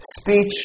speech